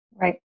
Right